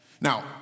Now